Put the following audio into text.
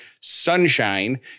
Sunshine